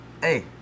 Hey